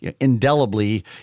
indelibly